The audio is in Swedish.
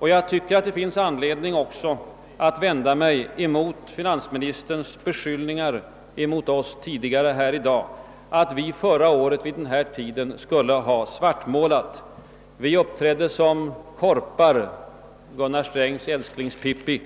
Jag tycker också att det finns anledning att vända sig mot finansministerns beskyllningar tidigare i dag mot oss att vi vid den här tiden förra året skulle ha svartmålat; vi uppträdde som korpar — tydligen Gunnar Strängs älsklingspippi.